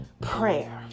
prayer